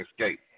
escape